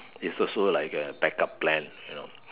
it's also like a back up plan you know